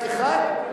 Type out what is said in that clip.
רק אחת?